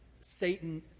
Satan